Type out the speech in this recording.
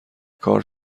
کار